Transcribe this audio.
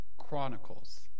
chronicles